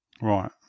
Right